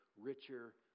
richer